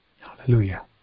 Hallelujah